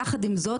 יחד עם זאת,